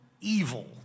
evil